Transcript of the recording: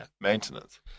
maintenance